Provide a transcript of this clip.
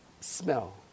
smell